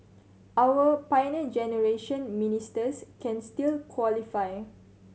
our Pioneer Generation Ministers can still qualify